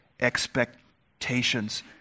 expectations